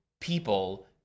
people